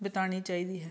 ਬਿਤਾਉਣੀ ਚਾਹੀਦੀ ਹੈ